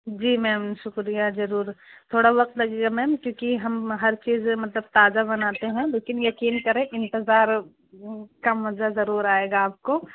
جی ma'am شکریہ ضرور تھوڑا وقت لگے گا میم کیونکہ ہم ہر چیز مطلب تازہ بناتے ہیں لیکن یقین کریں انتظار کا مزہ ضرور آئے گا آپ کو